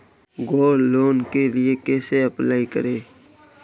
Gold loan के लिए कैसे अप्लाई करें?